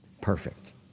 perfect